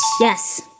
Yes